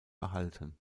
erhalten